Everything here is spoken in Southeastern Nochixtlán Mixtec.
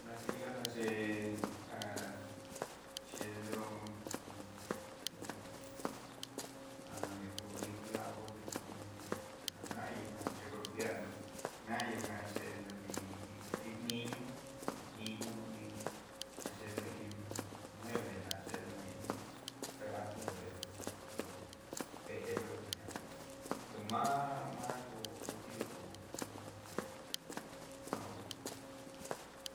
Martillo jan chédendo iin, aniné kú iin clavo de kú iin ajan nayo'o jan xe golpear nró, nayo jan chedenrón nrí hí iin niñó nachendenró iin mueble a chenderon iin trabajo nó veendóte jan kú ihó ma'a majó util hú iin martillo mas util uxí.